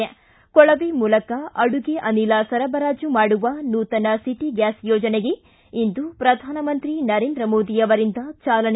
ಿ ಕೊಳವೆ ಮೂಲಕ ಅಡುಗೆ ಅನಿಲ ಸರಬರಾಜು ಮಾಡುವ ನೂತನ ಒಟಿ ಗ್ಯಾಸ್ ಯೋಜನೆಗೆ ಇಂದು ಪ್ರಧಾನಮಂತ್ರಿ ನರೇಂದ್ರ ಮೋದಿ ಅವರಿಂದ ಚಾಲನೆ